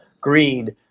greed